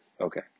Okay